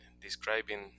describing